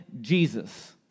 Jesus